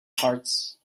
parts